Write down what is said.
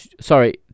sorry